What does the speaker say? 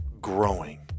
growing